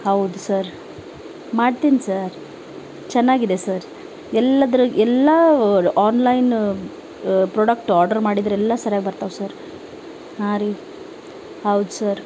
ಹೌದು ಸರ್ ಮಾಡ್ತೀನಿ ಸರ್ ಚೆನ್ನಾಗಿದೆ ಸರ್ ಎಲ್ಲದ್ರ ಎಲ್ಲ ಆನ್ಲೈನ ಪ್ರಾಡಕ್ಟ್ ಆರ್ಡರ್ ಮಾಡಿದ್ರೆಲ್ಲ ಸರ್ಯಾಗಿ ಬರ್ತಾವೆ ಸರ್ ಹಾಂ ರೀ ಹೌದು ಸರ್